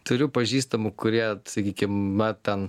turiu pažįstamų kurie sakykim va ten